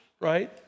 right